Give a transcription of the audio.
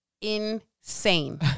insane